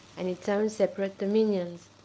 and its own separate dominions.